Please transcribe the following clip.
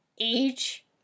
age